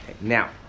Now